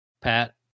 Pat